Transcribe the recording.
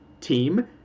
team